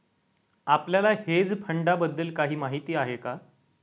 आपल्याला हेज फंडांबद्दल काही माहित आहे का?